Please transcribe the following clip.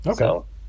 Okay